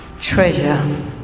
treasure